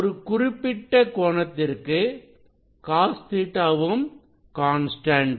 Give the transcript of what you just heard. ஒரு குறிப்பிட்ட கோணத்திற்கு cos Ɵ வும் கான்ஸ்டன்ட்